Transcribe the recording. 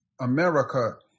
America